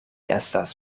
estas